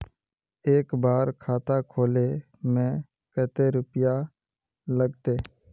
एक बार खाता खोले में कते रुपया लगते?